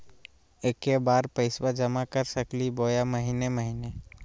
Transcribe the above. एके बार पैस्बा जमा कर सकली बोया महीने महीने?